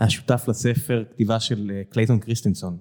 השותף לספר כתיבה של קלייטון קריסטינסון